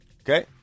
Okay